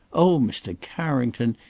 oh, mr. carrington!